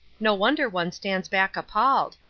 no wonder one stands back appalled!